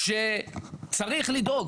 שצריך לדאוג,